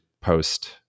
post